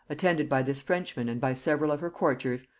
attended by this frenchman and by several of her courtiers,